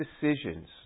decisions